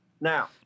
Now